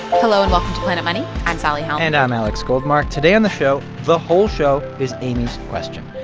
hello, and welcome to planet money. i'm sally helm and i'm alex goldmark. today on the show, the whole show is amy's question.